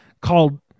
called